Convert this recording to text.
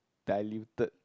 diluted